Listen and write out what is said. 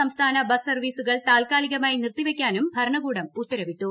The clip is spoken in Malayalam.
സംസ്ഥാന ബസ് അന്തർ സർവ്വീസുകൾ താൽക്കാലികമായി നിർത്തിവയ്ക്കാനും ഭരണകൂടം ഉത്തരവിട്ടു